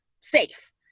safe